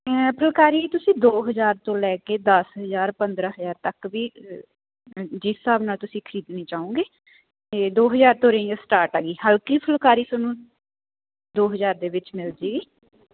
ਫੁਲਕਾਲੀ ਤੁਸੀਂ ਦੋ ਹਜ਼ਾਰ ਤੋਂ ਲੈ ਕੇ ਦਸ ਹਜ਼ਾਰ ਪੰਦਰਾਂ ਹਜ਼ਾਰ ਤੱਕ ਵੀ ਜਿਸ ਹਿਸਾਬ ਨਾਲ ਤੁਸੀਂ ਖਰੀਦਣੀ ਚਾਹੋਂਗੇ ਅਤੇ ਦੋ ਹਜ਼ਾਰ ਤੋਂ ਰੇਂਜ ਸਟਾਰਟ ਆ ਗੀ ਹਲਕੀ ਫੁਲਕਾਰੀ ਤੁਹਾਨੂੰ ਦੋ ਹਜ਼ਾਰ ਦੇ ਵਿੱਚ ਮਿਲ ਜੇਗੀ